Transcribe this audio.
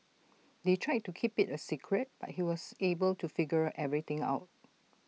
they tried to keep IT A secret but he was able to figure everything out